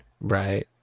Right